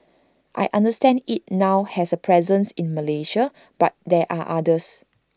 I understand IT now has A presence in Malaysia but there are others